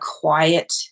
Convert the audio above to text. quiet